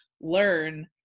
learn